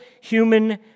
human